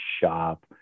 shop